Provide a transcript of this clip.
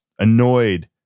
annoyed